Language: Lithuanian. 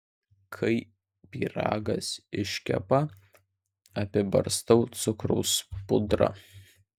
kai pyragas iškepa apibarstau cukraus pudra